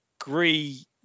agree